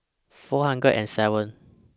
four hundred and seven